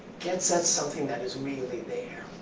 gets at something that is really there.